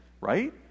right